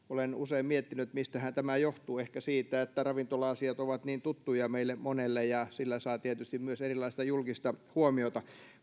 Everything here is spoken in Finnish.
olen usein miettinyt mistähän tämä johtuu ehkä siitä että ravintola asiat ovat niin tuttuja meille monelle ja sillä saa tietysti myös erilaista julkista huomiota